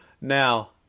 now